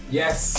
yes